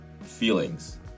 feelings